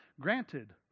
granted